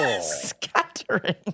Scattering